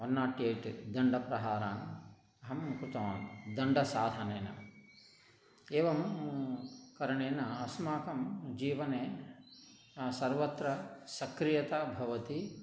वन्नाट्येट् दण्डप्रहारान् अहं कृतवान् दण्डसाधनेन एवं करणेन अस्माकं जीवने सर्वत्र सक्रियता भवति